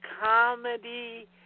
comedy